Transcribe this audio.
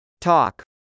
Talk